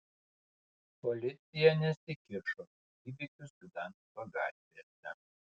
policija nesikišo į įvykius gdansko gatvėse